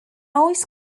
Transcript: oes